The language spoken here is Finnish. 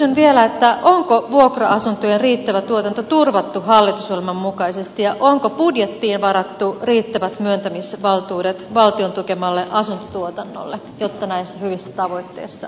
kysyn vielä onko vuokra asuntojen riittävä tuotanto turvattu hallitusohjelman mukaisesti ja onko budjettiin varattu riittävät myöntämisvaltuudet valtion tukemalle asuntotuotannolle jotta näissä hyvissä tavoitteissa onnistutaan